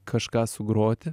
kažką sugroti